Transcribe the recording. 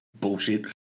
bullshit